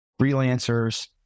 freelancers